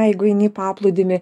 jeigu eini į paplūdimį